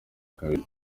kabiri